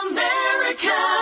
America